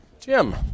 Jim